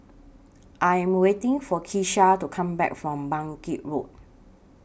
I Am waiting For Kisha to Come Back from Bangkit Road